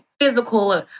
physical